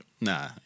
Nah